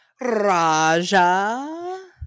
Raja